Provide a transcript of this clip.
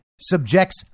subjects